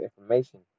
information